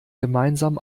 gemeinsam